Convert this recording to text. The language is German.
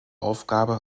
aufgabe